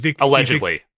Allegedly